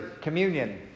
communion